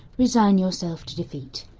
resign yourself to defeat.